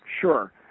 Sure